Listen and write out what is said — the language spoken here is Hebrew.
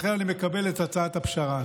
אני מקבל את הצעת הפשרה.